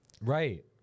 Right